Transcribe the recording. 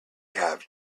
have